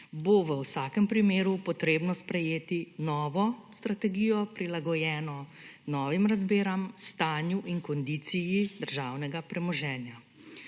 bo v vsakem primeru potrebno sprejeti novo strategijo prilagojeno novim razmeram, stanju in kondiciji državnega premoženja.